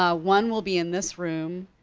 ah one will be in this room,